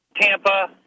Tampa